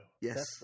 Yes